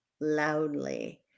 loudly